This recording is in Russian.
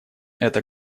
эта